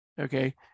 okay